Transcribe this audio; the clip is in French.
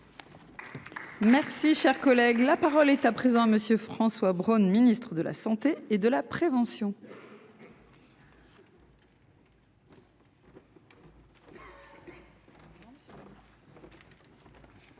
Merci. Si cher collègue, la parole est à présent Monsieur François Braun Ministre de la Santé et de la prévention.